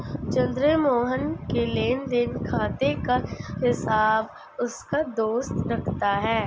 चंद्र मोहन के लेनदेन खाते का हिसाब उसका दोस्त रखता है